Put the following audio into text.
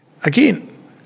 Again